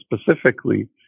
specifically